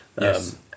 Yes